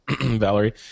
Valerie